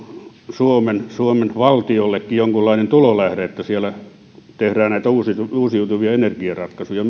suomen suomen valtiollekin jonkunlainen tulonlähde että myös saksassa tehdään näitä uusiutuvia energiaratkaisuja